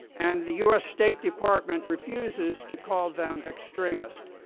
and the u s. state department refuses to call them extremist.